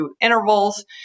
intervals